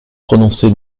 prononcer